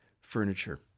furniture